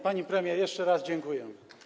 Pani premier, jeszcze raz dziękuję.